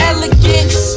Elegance